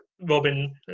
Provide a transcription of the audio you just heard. Robin